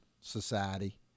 society